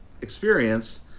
experience